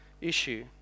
issue